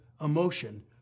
emotion